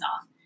off